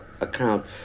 account